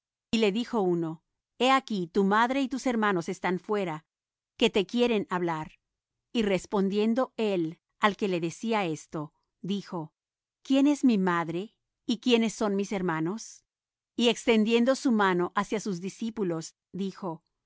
y le dijo uno he aquí tu madre y tus hermanos están fuera que te quieren hablar y respondiendo él al que le decía esto dijo quién es mi madre y quiénes son mis hermanos y extendiendo su mano hacia sus discípulos dijo